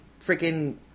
freaking